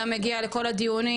היה מגיע לכל הדיונים,